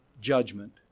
judgment